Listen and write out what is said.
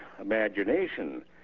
imagination